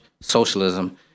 socialism